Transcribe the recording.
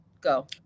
go